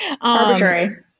arbitrary